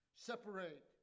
Separate